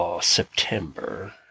September